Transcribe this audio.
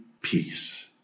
peace